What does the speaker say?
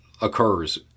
occurs